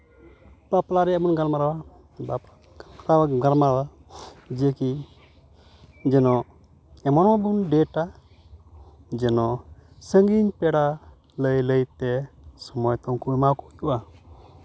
ᱵᱟᱯᱞᱟ ᱨᱮᱭᱟᱜ ᱵᱚᱱ ᱜᱟᱞᱢᱟᱨᱟᱣᱟ ᱚᱱᱠᱟ ᱵᱚᱱ ᱜᱟᱞᱢᱟᱨᱟᱣᱟ ᱡᱮ ᱠᱤ ᱡᱮᱱᱚ ᱮᱢᱚᱱ ᱵᱚᱱ ᱰᱮᱴᱟ ᱡᱮᱱᱚ ᱥᱟᱺᱜᱤᱧ ᱯᱮᱲᱟ ᱞᱟᱹᱭ ᱞᱟᱹᱭᱛᱮ ᱥᱚᱢᱚᱭ ᱛᱚ ᱩᱱᱠᱩ ᱮᱢᱟᱣᱟᱠᱚ ᱦᱩᱭᱩᱜᱼᱟ